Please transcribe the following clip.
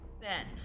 Ben